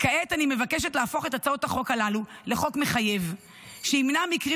אני מבקשת להפוך את הצעות החוק הללו לחוק מחייב שימנע מקרים